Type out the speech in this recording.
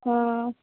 आं